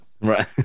Right